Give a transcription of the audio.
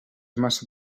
massa